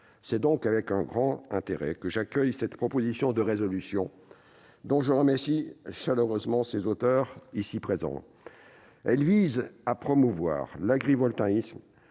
C'est donc avec un grand intérêt que j'accueille cette proposition de résolution, dont je remercie chaleureusement les auteurs. Elle vise à promouvoir l'agrivoltaïsme